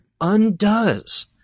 undoes